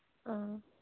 ꯎꯝ